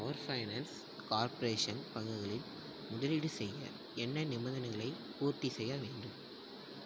power finance corporation பங்குகளில் முதலீடு செய்ய என்ன நிபந்தனைகளைப் பூர்த்தி செய்ய வேண்டும்